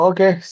Okay